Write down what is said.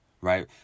right